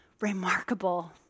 remarkable